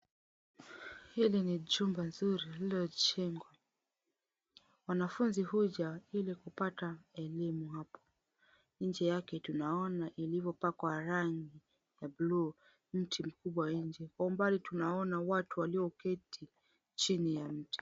Hili ni jumba zuri lililojengwa. Wanafunzi huja ili kupata elimu hapa, Nje yake tunaona ilivyopakwa rangi ya buluu. Mti mkubwa nje. Kwa umbali tunaona watu walioketi chini ya mti.